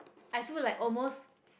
I feel like almost